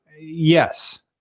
yes